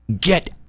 get